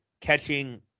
catching